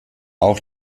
auch